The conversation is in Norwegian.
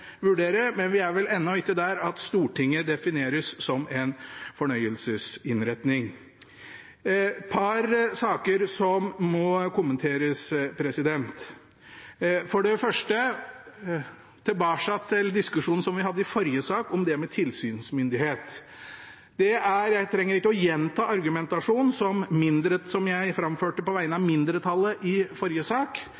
vurdere, men vi er ennå ikke der at Stortinget defineres som en fornøyelsesinnretning. Et par saker må kommenteres. Først tilbake til diskusjonen vi hadde i forrige sak om tilsynsmyndighet. Jeg trenger ikke å gjenta argumentasjonen som jeg framførte på vegne av